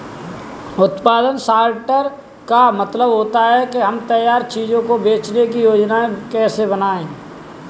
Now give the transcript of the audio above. उत्पादन सॉर्टर का मतलब होता है कि हम तैयार चीजों को बेचने की योजनाएं कैसे बनाएं